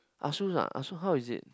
ASUS ah ASUS how is it